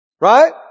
Right